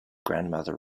grandmother